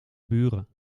buren